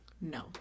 No